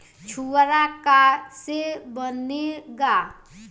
छुआरा का से बनेगा?